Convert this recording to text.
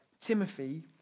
Timothy